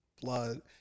blood